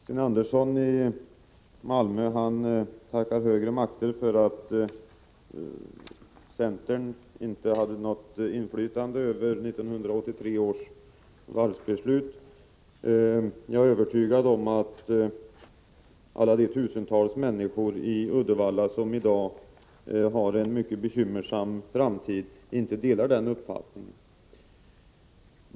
Herr talman! Sten Andersson i Malmö tackar högre makter för att centern inte hade något inflytande över 1983 års varvsbeslut. Jag är övertygad om att alla de tusentals människor i Uddevalla som i dag står inför en mycket bekymmersam framtid inte delar den uppfattningen.